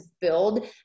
build